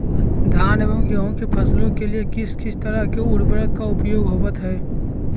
धान एवं गेहूं के फसलों के लिए किस किस तरह के उर्वरक का उपयोग होवत है?